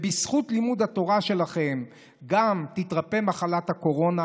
בזכות לימוד התורה שלכם גם תתרפא מחלת הקורונה,